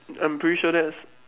I'm pretty sure that's